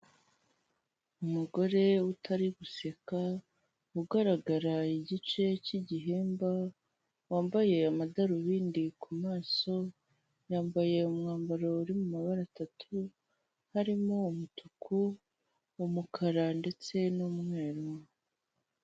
Umugore utari guseka, ugaragara igice cy'igihimba, wambaye amadarubindi ku maso, yambaye umwambaro uri mabara atatu, harimo umutuku, umukara, ndetse n'umweru.